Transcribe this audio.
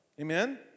Amen